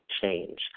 change